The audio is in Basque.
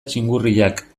txingurriak